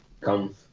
come